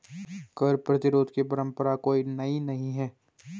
कर प्रतिरोध की परंपरा कोई नई नहीं है